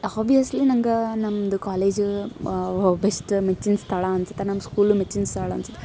obviously ನಂಗೆ ನಮ್ದು college best ಮೆಚ್ಚಿನ ಸ್ಥಳ ಅನ್ಸುತ್ತೆ ನಮ್ಮ ಸ್ಕೂಲ್ ಮೆಚ್ಚಿನ ಸ್ಥಳ ಅನ್ಸುತ್ತೆ